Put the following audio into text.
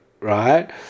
right